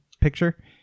picture